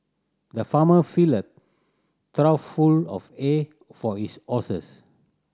the farmer filled a trough full of hay for his horses